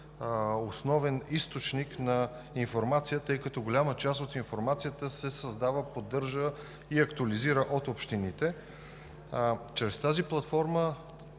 основен източник на информация, тъй като голяма част от информацията се създава, поддържа и актуализира от общините. Целта е чрез тази платформа